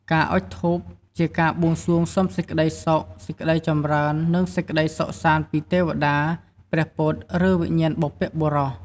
ការអុជធូបជាការបួងសួងសុំសេចក្តីសុខ សេចក្តីចម្រើន និងសេចក្តីសុខសាន្តពីទេវតា ព្រះពុទ្ធ ឬវិញ្ញាណបុព្វបុរស។